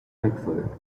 medford